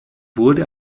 wurde